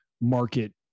market